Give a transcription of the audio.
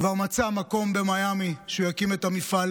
כבר מצא מקום במיאמי והוא יקים שם את המפעל